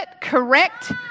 Correct